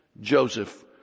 Joseph